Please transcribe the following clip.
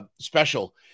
special